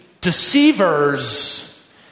deceivers